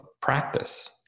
practice